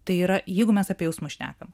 tai yra jeigu mes apie jausmus šnekam